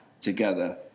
together